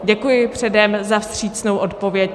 Děkuji předem za vstřícnou odpověď.